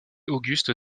auguste